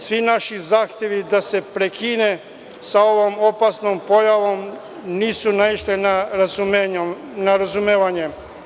Svi naši zahtevi da se prekine sa ovom opasnom pojavom nisu naišli na razumevanje.